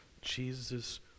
Jesus